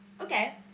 Okay